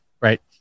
right